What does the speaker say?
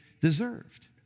deserved